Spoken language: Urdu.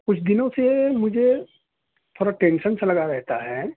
کچھ دنوں سے مجھے تھوڑا ٹینشن سا لگا رہتا ہے